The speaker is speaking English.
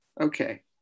okay